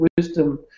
wisdom